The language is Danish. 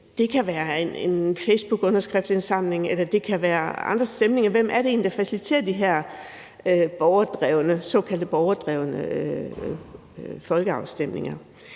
det kan være andre afstemninger. Hvem er det egentlig, der faciliterer de her såkaldt borgerdrevne folkeafstemninger?